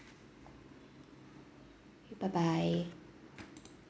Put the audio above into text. bye bye